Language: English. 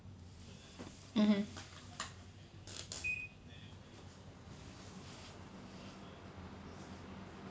mmhmm